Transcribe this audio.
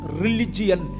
religion